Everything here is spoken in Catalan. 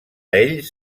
ells